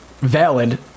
valid